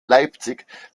leipzig